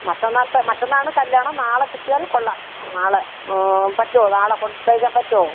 മറ്റന്നാളെത്തെ മറ്റന്നാൾ കല്ല്യാണം നാളെ കിട്ടിയാൽ കൊള്ളാം നാളെ പറ്റുമോ നാളെ കൊണ്ടുതരാൻ പറ്റുമോ